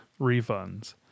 refunds